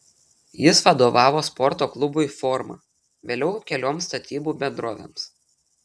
jis vadovavo sporto klubui forma vėliau kelioms statybų bendrovėms